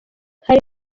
hari